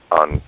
on